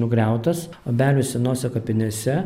nugriautas obelių senose kapinėse